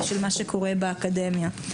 של מה שקורה באקדמיה.